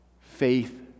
faith